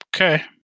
Okay